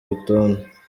rutonde